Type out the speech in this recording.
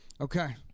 Okay